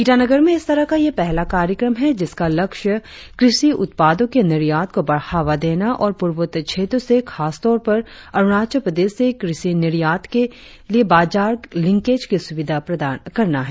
ईटानगर में इस तरह का यह पहला कार्यक्रम है जिसका लक्ष्य कृषि उत्पादों के निर्यात को बढ़ावा देना और पूर्वोत्तर क्षेत्रों से खासतौर पर अरुणाचल प्रदेश से क्रषि निर्यात के लिए बाजार लिंकेज की सुविधा प्रदान करना है